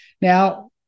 Now